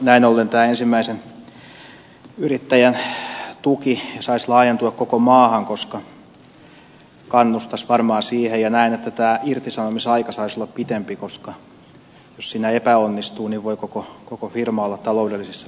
näin ollen tämä ensimmäisen yrittäjän tuki saisi laajentua koko maahan koska se kannustaisi varmaan siihen ja näen että irtisanomisaika saisi olla pitempi koska jos siinä epäonnistuu voi koko firma olla taloudellisissa vaikeuksissa